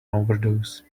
overdose